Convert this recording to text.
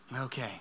Okay